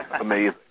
Amazing